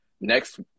next